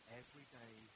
everyday